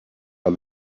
are